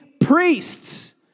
priests